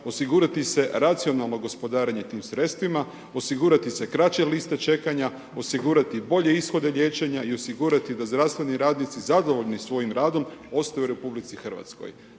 osigurati se racionalno gospodarenje tim sredstvima osigurati se kraće liste čekanja, osigurati bolje ishode liječenje i osigurati da zdravstveni radnici zadovoljni svojim radom ostaju u RH. Dakle